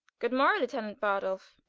good morrow lieutenant bardolfe